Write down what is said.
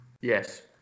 Yes